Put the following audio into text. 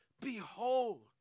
behold